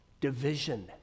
Division